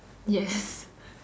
yes